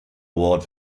award